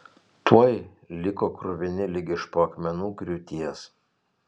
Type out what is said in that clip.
tuoj liko kruvini lyg iš po akmenų griūties